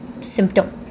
symptom